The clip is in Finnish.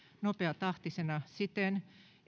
nopeatahtisena siten